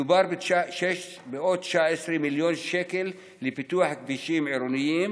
מדובר על 619 מיליון שקל לפיתוח כבישים עירוניים